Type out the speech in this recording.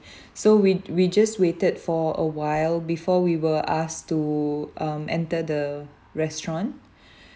so we'd we just waited for a while before we were asked to um enter the restaurant